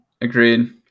Agreed